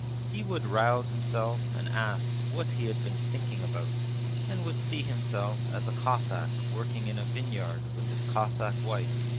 he would rouse himself and ask what he had been thinking about and would see himself as a cossack working in a vineyard with his cossack wife,